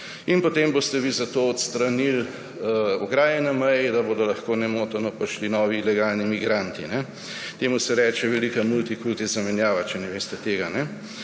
In potem boste vi zato odstranili ograje na meji, da bodo lahko nemoteno prišli novi ilegalni migranti. Temu se reče velika multikulti zamenjava, če ne veste tega.